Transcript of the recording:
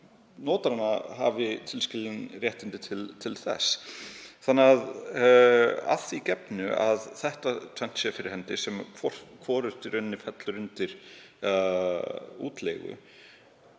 notar hana hafi tilskilin réttindi til þess. Að því gefnu að þetta tvennt sé fyrir hendi, sem hvorugt fellur undir útleigu,